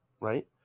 right